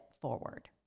forward